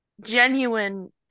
genuine